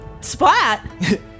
Splat